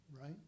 right